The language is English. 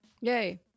Yay